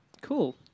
Cool